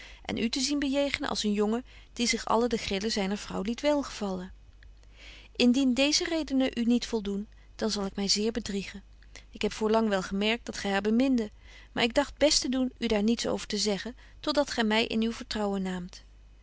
en u te zien bejegenen als een jongen die zich alle de grillen zyner vrouw liet welgevallen indien deeze redenen u niet voldoen dan zal ik my zeer bedriegen ik heb voorlang wel gemerkt dat gy haar beminde maar ik dagt best te doen u daar niets over te zegbetje wolff en aagje deken historie van mejuffrouw sara burgerhart gen tot dat gy my in uw vertrouwen naamt